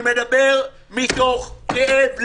אני מדבר מתוך כאב לב.